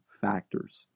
factors